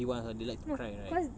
P one ah they like to cry right